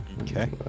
Okay